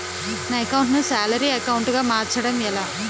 నా అకౌంట్ ను salary account గా మార్చటం ఎలా?